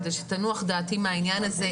כדי שתנוח דעתי מהעניין הזה,